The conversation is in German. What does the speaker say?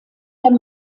beim